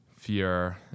fear